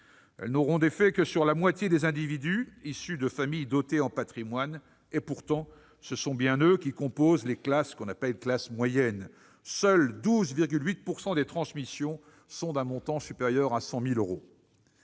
mesures n'auront d'effet que sur la moitié des individus issus de familles dotées en patrimoine. Et pourtant, ce bien eux qui composent les classes qu'on appelle « moyennes »! Seules 12,8 % des transmissions sont d'un montant supérieur à 100 000 euros.